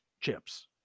chips